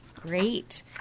great